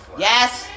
Yes